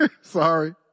sorry